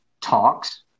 talks